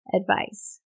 advice